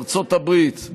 ארצות הברית,